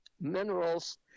minerals